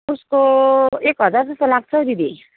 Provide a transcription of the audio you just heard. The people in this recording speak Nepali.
उसको एक हजार जस्तो लाग्छ दिदी